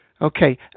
Okay